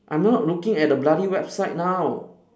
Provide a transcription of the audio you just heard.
I'm not looking at the bloody website now